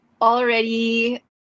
already